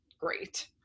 great